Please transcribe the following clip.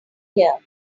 here